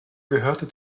gehörte